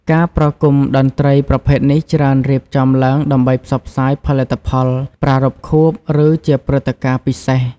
ការប្រគំតន្ត្រីប្រភេទនេះច្រើនរៀបចំឡើងដើម្បីផ្សព្វផ្សាយផលិតផល ប្រារព្ធខួប ឬជាព្រឹត្តិការណ៍ពិសេស។